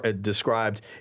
described